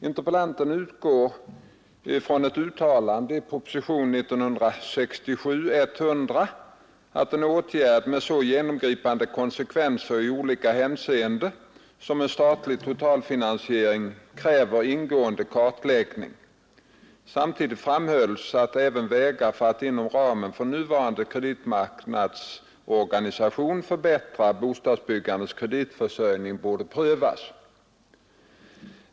Interpellanten utgår från ett uttalande i propositionen 100 år 1967 att en åtgärd med så genomgripande konsekvenser i olika hänseenden som en statlig totalfinansiering kräver ingående kartläggning. Samtidigt framhölls att även vägar för att inom ramen för nuvarande kreditmarknadsorganisation förbättra bostadsbyggandets kreditförsörjning borde prövas.